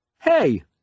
Hey